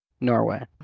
Norway